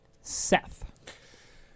Seth